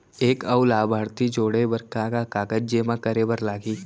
एक अऊ लाभार्थी जोड़े बर का का कागज जेमा करे बर लागही?